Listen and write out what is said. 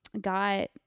got